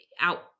out